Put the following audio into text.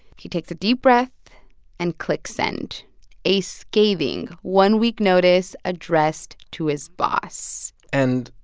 he takes a deep breath and clicks send a scathing, one-week notice addressed to his boss and,